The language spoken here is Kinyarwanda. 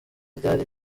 ryari